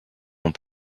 ans